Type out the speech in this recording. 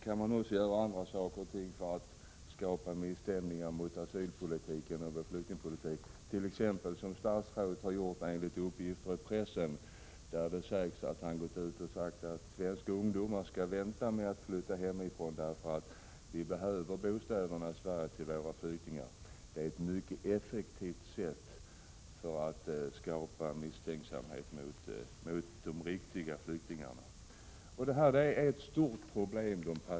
Det finns också andra saker som kan skapa misstämning mot flyktningpolitiken, t.ex. när statsrådet — vilket han har gjort enligt uppgifter i pressen — uppmanar svenska ungdomar att vänta med att flytta hemifrån, därför att bostäderna behövs för flyktingar. Det är ett mycket effektivt sätt att skapa misstänksamhet mot de riktiga flyktingarna. De passlösa är ett stort problem.